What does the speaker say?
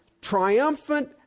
triumphant